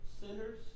sinners